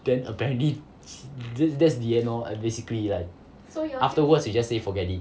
then apparently that that's the end lor like basically like afterwards we just say forget it